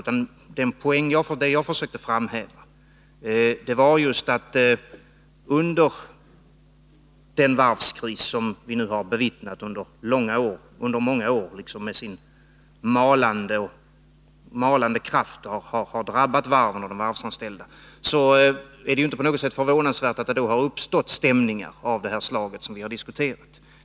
Vad jag försökte framhäva var just att under den varvskris som vi nu har bevittnat under många år och som med sin malande kraft drabbat varven och de varvsanställda, så är det inte på något sätt förvånansvärt att det har uppstått stämningar av det slag som vi har diskuterat.